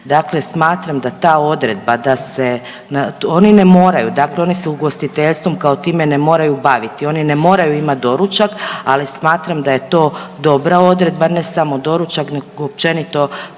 ne moraju dakle, oni se ugostiteljstvom kao time ne moraju baviti, oni ne moraju imati doručak. Ali smatram da je to dobra odredba ne samo doručak, nego općenito